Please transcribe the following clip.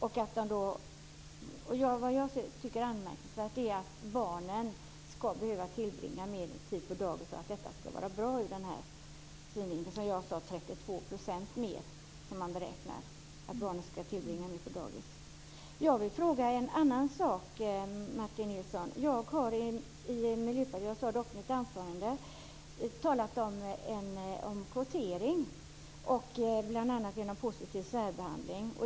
Vad jag tycker är anmärkningsvärt är att barnen ska behöva tillbringa mer tid på dagis och att förslaget påstås vara bra ur den synvinkeln. Jag sade att man beräknar att barnen ska tillbringa 32 % mer tid på dagis. Jag vill ställa en annan fråga, Martin Nilsson. Jag har i Miljöpartiet - jag sade det också i mitt anförande - talat om kvotering och positiv särbehandling.